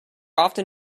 often